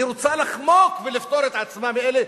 היא רוצה לחמוק ולפטור את עצמה מאלה,